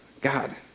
God